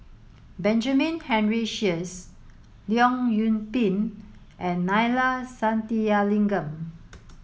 Benjamin Henry Sheares Leong Yoon Pin and Neila Sathyalingam